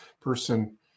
person